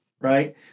right